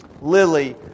Lily